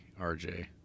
RJ